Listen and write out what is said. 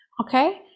Okay